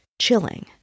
chilling